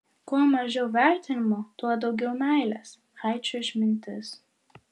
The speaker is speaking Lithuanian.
kuo mažiau vertinimo tuo daugiau meilės haičio išmintis